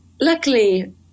luckily